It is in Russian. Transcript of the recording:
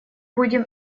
будем